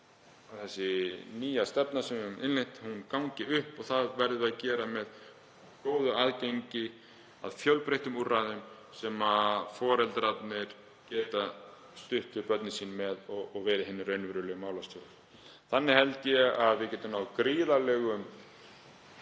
að sú nýja stefna sem við höfum innleitt gangi upp og það verðum við að gera með góðu aðgengi að fjölbreyttum úrræðum þar sem foreldrar geta stutt við börnin sín og verið hinir raunverulegu málstjórar. Þannig held ég að við getum náð gríðarlegum